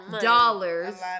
dollars